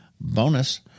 Bonus